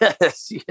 Yes